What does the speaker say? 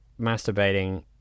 masturbating